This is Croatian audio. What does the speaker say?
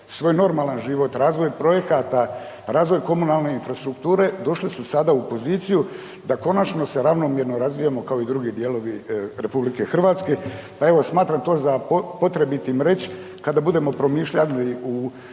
svoj normalan život, razvoj projekata, razvoj komunalne infrastrukture, došle su sada u poziciju da konačno se ravnomjerno razvijamo kao i drugi dijelovi RH. Pa evo smatram to za potrebitim reć kada budemo promišljali u